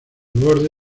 borde